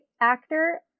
actor